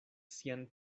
sian